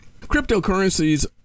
Cryptocurrencies